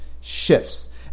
shifts